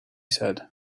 said